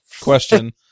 question